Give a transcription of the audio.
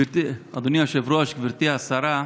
אדוני היושב-ראש, גברתי השרה,